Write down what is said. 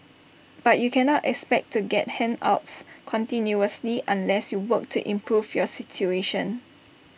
but you cannot expect to get handouts continuously unless you work to improve your situation